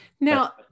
now